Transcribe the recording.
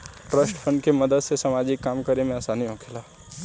trust fund के मदद से सामाजिक काम करे में आसानी होखेला